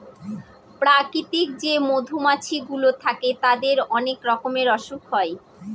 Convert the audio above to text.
প্রাকৃতিক যে মধুমাছি গুলো থাকে তাদের অনেক রকমের অসুখ হয়